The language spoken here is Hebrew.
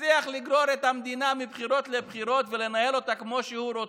מצליח לגרור את המדינה מבחירות לבחירות ולנהל אותה כמו שהוא רוצה,